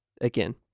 again